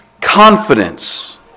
confidence